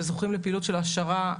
וזוכים לפעילות של העשרה,